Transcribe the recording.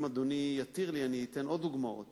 אם אדוני יתיר לי, אני אתן עוד דוגמאות